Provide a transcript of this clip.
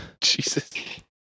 Jesus